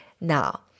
now